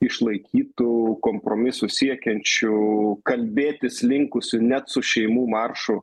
išlaikytų kompromisų siekiančių kalbėtis linkusių net su šeimų maršu